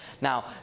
Now